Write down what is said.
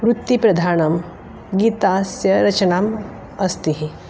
वृत्तिप्रधानं गीतस्य रचनाम् अस्ति